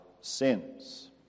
sins